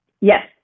Yes